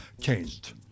changed